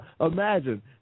Imagine